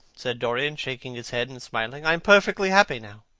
said dorian, shaking his head and smiling. i am perfectly happy now.